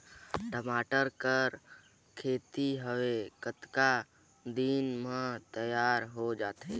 टमाटर कर खेती हवे कतका दिन म तियार हो जाथे?